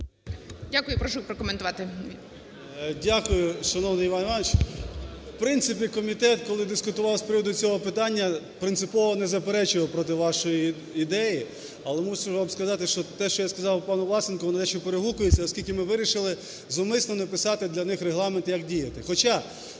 Дякую, шановний Іван Іванович, в принципі комітет, коли дискутував з приводу цього питання, принципово не заперечував проти вашої ідеї, але мушу вам сказати, що те, що я сказав пану Власенку, вони наче перегукуються, оскільки ми вирішили зумисно написати для них регламент, як діяти.